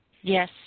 Yes